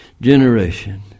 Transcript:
generation